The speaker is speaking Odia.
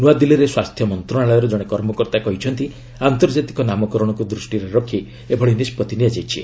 ନୂଆଦିଲ୍ଲୀରେ ସ୍ୱାସ୍ଥ୍ୟ ମନ୍ତ୍ରଣାଳୟର ଜଣେ କର୍ମକର୍ତ୍ତା କହିଛନ୍ତି ଆନ୍ତର୍ଜାତିକ ନାମକରଣକୁ ଦୃଷ୍ଟିରେ ରଖି ଏଭଳି ନିଷ୍ପଭି ନିଆଯାଇଛି